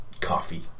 coffee